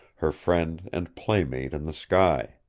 her friend and playmate in the sky.